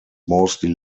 mostly